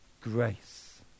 grace